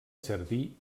jardí